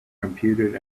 computed